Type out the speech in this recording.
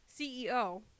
CEO